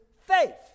faith